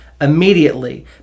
Immediately